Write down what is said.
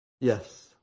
Yes